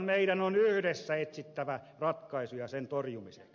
meidän on yhdessä etsittävä ratkaisuja sen torjumiseksi